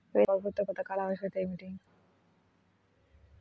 వివిధ ప్రభుత్వా పథకాల ఆవశ్యకత ఏమిటి?